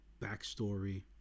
backstory